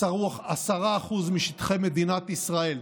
10% משטחי מדינת ישראל,